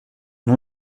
nom